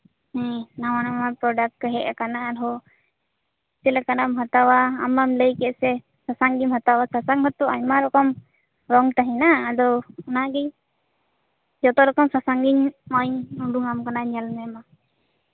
ᱦᱮᱸ ᱱᱟᱣᱟ ᱯᱨᱚᱰᱟᱠᱴ ᱦᱮᱡ ᱟᱠᱟᱱᱟ ᱟᱨᱦᱚᱸ ᱪᱮᱫ ᱞᱮᱠᱟᱱᱟᱜ ᱮᱢ ᱦᱟᱛᱟᱣᱟ ᱟᱢ ᱢᱟᱢ ᱞᱟᱹᱭ ᱠᱮᱫ ᱥᱮ ᱥᱟᱥᱟᱝ ᱜᱮᱢ ᱦᱟᱛᱟᱣᱟ ᱥᱟᱥᱟᱝ ᱢᱟᱛᱚ ᱟᱭᱢᱟ ᱨᱚᱠᱚᱢ ᱨᱚᱝ ᱛᱟᱦᱮᱸᱱᱟ ᱟᱫᱚ ᱚᱱᱟᱜᱮ ᱡᱚᱛᱚ ᱨᱚᱠᱚᱢ ᱥᱟᱥᱟᱝ ᱜᱮᱧ ᱩᱰᱩᱠᱟᱢ ᱠᱟᱱᱟ ᱧᱮᱞ ᱢᱮ ᱢᱟ